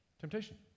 temptation